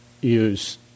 use